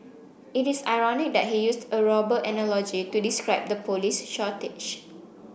it is ironic that he used a robber analogy to describe the police shortage